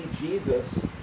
Jesus